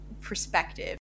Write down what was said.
perspective